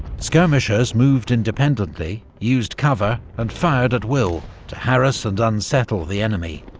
skirmishers moved independently, used cover and fired at will to harass and unsettle the enemy,